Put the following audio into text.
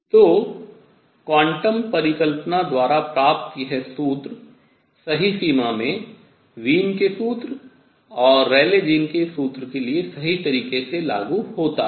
तो क्वांटम परिकल्पना द्वारा प्राप्त यह सूत्र सही सीमा में वीन के सूत्र और रेले जीन के सूत्र के लिए सही तरीके से लागू होता है